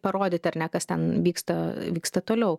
parodyti ar ne kas ten vyksta vyksta toliau